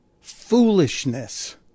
foolishness